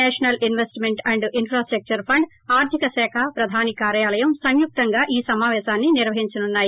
national investment and infrastructure fund ఆర్లిక శాఖ ప్రధాని కార్యాలయం సంయుక్తంగా ఈ సమాపేశాన్ని నిర్వహించనున్నాయి